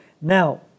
now